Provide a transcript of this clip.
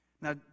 Now